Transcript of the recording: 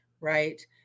right